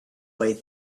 way